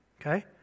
Okay